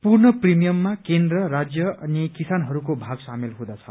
पूर्ण प्रीमियमा केन्द्र राज्य अनि किसानहरूको भाग सामेल हुँदछ